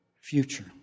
future